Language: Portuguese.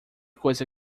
coisa